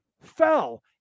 fell